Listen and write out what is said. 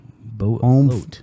boat